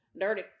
Dirty